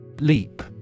Leap